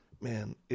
Man